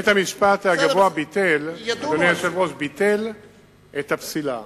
על כל פנים, בית-המשפט הגבוה ביטל את הפסילה